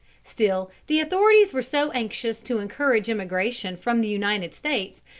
still, the authorities were so anxious to encourage emigration from the united states,